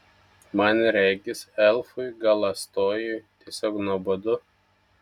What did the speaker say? man regis elfui galąstojui tiesiog nuobodu